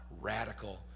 radical